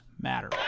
Matter